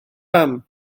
pam